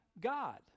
God